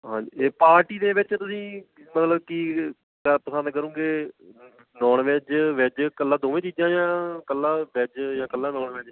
ਹਾਂਜੀ ਇਹ ਪਾਰਟੀ ਦੇ ਵਿੱਚ ਤੁਸੀਂ ਮਤਲਬ ਕਿ ਕਿਆ ਪਸੰਦ ਕਰੋਗੇ ਨੋਨ ਵੈਜ ਵੈਜ ਇਕੱਲਾ ਦੋਵੇਂ ਚੀਜ਼ਾਂ ਜਾਂ ਇਕੱਲਾ ਵੈਜ ਜਾਂ ਇਕੱਲਾ ਨੋਨ ਵੈਜ